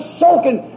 soaking